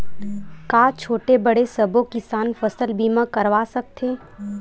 का छोटे बड़े सबो किसान फसल बीमा करवा सकथे?